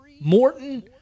Morton